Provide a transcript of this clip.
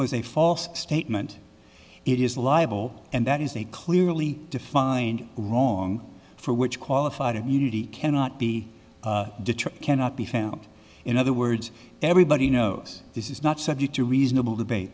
was a false statement it is liable and that is a clearly defined wrong for which qualified immunity cannot be determined cannot be found in a the words everybody knows this is not subject to reasonable debate